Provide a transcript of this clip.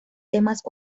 temas